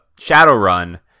Shadowrun